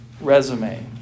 Resume